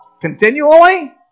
continually